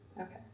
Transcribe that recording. Okay